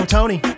Tony